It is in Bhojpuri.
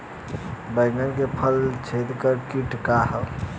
बैंगन में फल छेदक किट का ह?